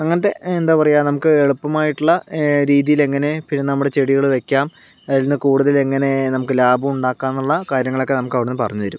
അങ്ങനത്തെ എന്താ പറയുക നമുക്ക് എളുപ്പമായിട്ടുള്ള രീതിയില് എങ്ങനെ നമ്മുടെ ചെടികൾ വെക്കാം അതിൽ നിന്ന് കൂടുതൽ എങ്ങനെ നമുക്ക് ലാഭം ഉണ്ടാക്കാം എന്നുള്ള കാര്യങ്ങളൊക്കെ നമുക്ക് അവിടെ നിന്ന് പറഞ്ഞു തരും